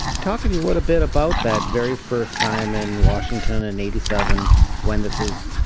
talk of you. what a bit about that very first time in washington and eighty seven when this was,